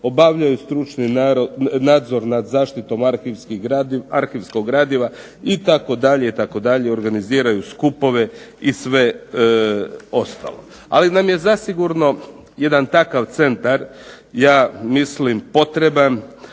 obavljaju stručni nadzor nad zaštitom arhivskog gradiva" itd., itd., organiziraju skupove i sve ostalo. Ali nam je zasigurno jedan takav centar ja mislim potreban